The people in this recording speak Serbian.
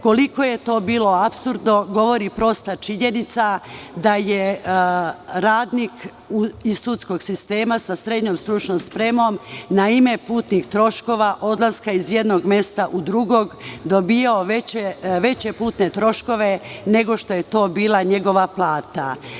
Koliko je to bilo apsurdno, govori prosta činjenica da je radnik iz sudskog sistema, sa SSS, na ime putnih troškova, odlaska iz jednog mesta u drugo, dobijao veće putne troškove nego što je to bila njegova plata.